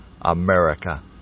America